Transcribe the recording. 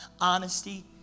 honesty